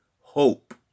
hope